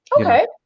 okay